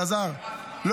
אלעזר, עזוב.